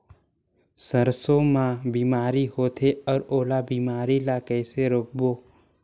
सरसो मा कौन बीमारी होथे अउ ओला बीमारी ला कइसे रोकबो?